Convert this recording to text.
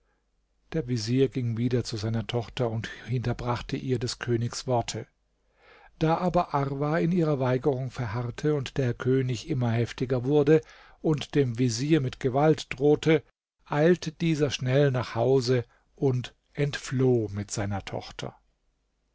der vezier ging wieder zu seiner tochter und hinterbrachte ihr des königs worte da aber arwa in ihrer weigerung verharrte und der könig immer heftiger wurde und dem vezier mit gewalt drohte eilte dieser schnell nach hause und entfloh mit seiner tochter